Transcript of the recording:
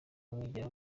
mwigiraho